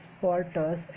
porters